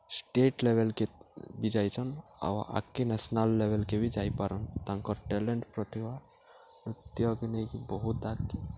state ଲେଭେଲ୍କେ ବି ଯାଇଛନ୍ ଆଉ ଆଗ୍କେ ନ୍ୟାସ୍ନାଲ୍ ଲେଭେଲ୍କେ ବି ଯାଇପାରନ୍ ତାଙ୍କର୍ ଟ୍ୟାଲେଣ୍ଟ୍ ପ୍ରତିଭା ନୃତ୍ୟକେ ନେଇକି ବହୁତ୍ ଆଗ୍କେ